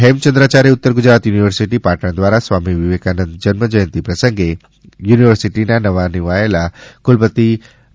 Hemchandracharya Uttar Gujarat university Patan દ્વારા સ્વામી વિવેકાનંદ જન્મ જયંતિ પ્રસંગે યુનિવર્સિટીના નવા નિમાયેલા કુલપતિ પ્રો